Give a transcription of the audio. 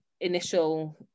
initial